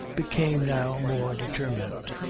became now more determined.